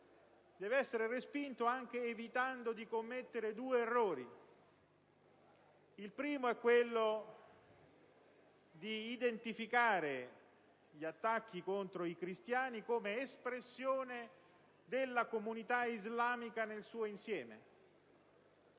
e la massima energia, evitando di commettere due errori. Il primo è quello di identificare gli attacchi contro i cristiani come espressione della comunità islamica nel suo insieme,